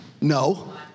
No